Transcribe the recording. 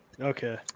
Okay